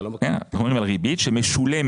אנחנו מדברים על ריבית שמשולמת,